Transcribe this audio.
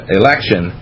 election